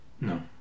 no